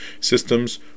systems